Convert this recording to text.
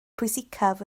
pwysicaf